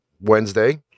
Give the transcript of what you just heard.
Wednesday